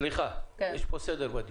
סליחה, יש פה סדר בדיון.